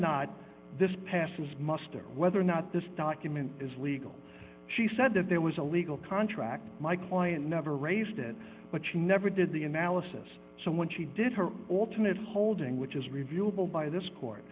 not this passes muster whether or not this document is legal she said that there was a legal contract my client never raised it but she never did the analysis so when she did her alternate holding which is reviewable by this court